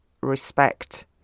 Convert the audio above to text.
respect